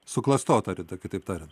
suklastota rida kitaip tariant